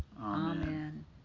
Amen